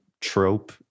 trope